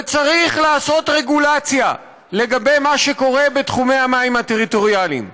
וצריך לעשות רגולציה לגבי מה שקורה בתחומי המים הטריטוריאליים.